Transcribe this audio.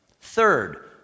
Third